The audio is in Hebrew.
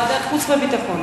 ועדת החוץ והביטחון.